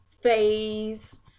phase